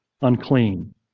unclean